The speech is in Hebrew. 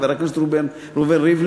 חבר הכנסת ראובן ריבלין.